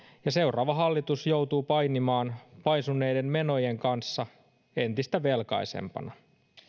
ja seuraava hallitus joutuu painimaan paisuneiden menojen kanssa entistä velkaisempana